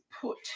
put